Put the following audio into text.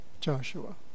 Joshua